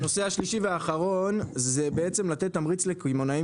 הנושא השלישי והאחרון זה בעצם לתת תמריץ לקמעונאים